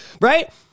Right